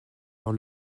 dans